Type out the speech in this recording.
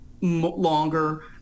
longer